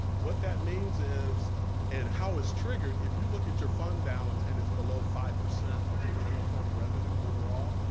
what that means is and how it's triggered, if you look at your fund balance and it's below five percent of your general fund revenue overall,